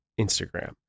Instagram